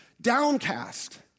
downcast